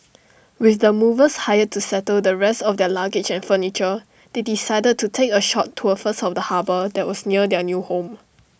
with the movers hired to settle the rest of their luggage and furniture they decided to take A short tour first of the harbour that was near their new home